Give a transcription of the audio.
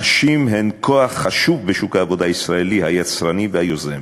נשים הן כוח חשוב בשוק העבודה הישראלי היצרני והיוזם.